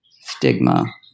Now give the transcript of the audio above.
stigma